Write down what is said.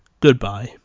goodbye